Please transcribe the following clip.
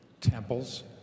temples